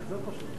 אה.